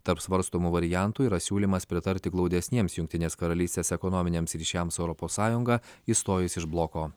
tarp svarstomų variantų yra siūlymas pritarti glaudesniems jungtinės karalystės ekonominiams ryšiams su europos sąjunga išstojus iš bloko